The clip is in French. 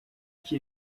qui